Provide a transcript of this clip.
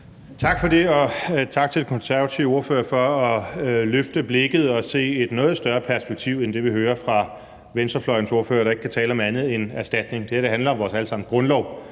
Tak for det, og tak til Konservatives ordfører for at løfte blikket og se et noget større perspektiv end det, vi hører fra venstrefløjens ordfører, der ikke kan tale om andet end erstatning. Det, det handler om, er vores alle